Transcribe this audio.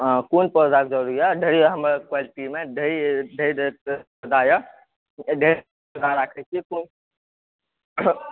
हँ